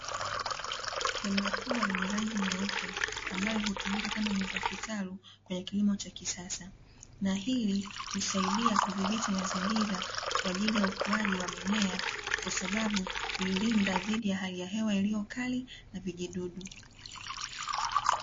Hema kubwa lenye rangi nyeupe ambalo hutumika kama nyumba kitalu kwenye kilimo cha kisasa, na hili husaidia kudhibiti mazingira kwa ajili ya ukuaji wa mimea kwa sababu huilinda dhidi ya hali ya hewa iliyo kali na vijidudu.